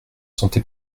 sentez